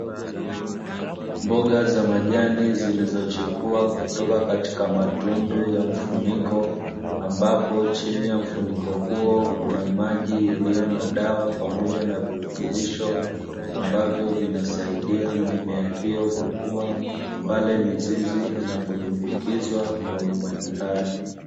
Mboga za majani zilizochipua kutoka katika matundu ya mfuniko, ambapo chini ya mfuniko huo kuna maji yaliyo na dawa pamoja na virutubisho ambavyo vinasaidia mimea hiyo kukuwa, pale mizizi inapodumbukizwa kwenye maji hayo.